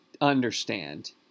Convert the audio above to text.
understand